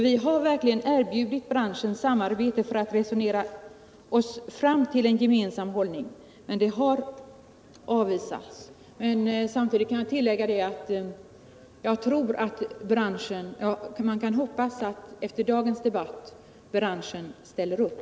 Vi har verkligen erbjudit branschen samarbete för att kunna resonera oss fram till en gemensam hållning, men det har avvisats. Jag hoppas att efter dagens debatt branschen ställer upp.